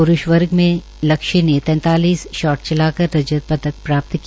प्रूष वर्ग में लक्ष्य ने तैतांलीस शाट चलाकर रजत पदक प्राप्त किया